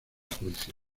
juicio